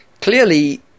Clearly